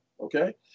Okay